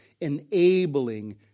enabling